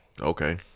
Okay